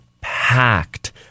packed